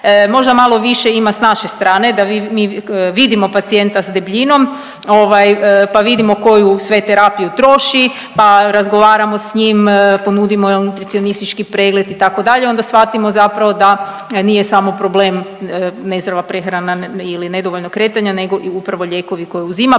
Možda malo više ima s naše strane da mi vidimo pacijenta s debljinom ovaj pa vidimo koju sve terapiju troši, pa razgovaramo s njim, ponudimo mu nutricionistički pregled itd., onda shvatimo zapravo da nije samo problem nezdrava prehrana ili nedovoljno kretanje nego i upravo lijekovi koje uzima, pa onda